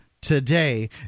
today